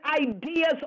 ideas